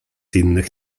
innych